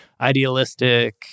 idealistic